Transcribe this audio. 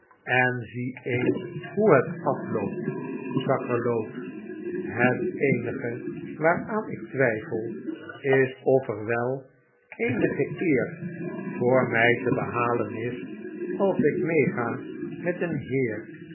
en zie eens hoe het afloopt sakkerloot het eenige waa'raan ik twijfel is of er wel eenige eer voor mij te behalen is als ik meega met een heer